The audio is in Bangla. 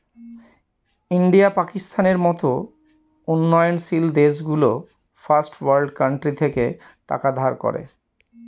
ইন্ডিয়া, পাকিস্তানের মত উন্নয়নশীল দেশগুলো ফার্স্ট ওয়ার্ল্ড কান্ট্রি থেকে টাকা ধার করে